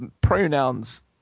pronouns